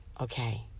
Okay